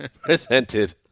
presented